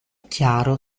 chiaro